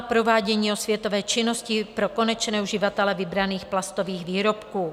Provádění osvětové činnosti pro konečné uživatele vybraných plastových výrobků.